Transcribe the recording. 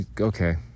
okay